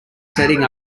setting